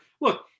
look